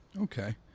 Okay